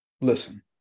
listen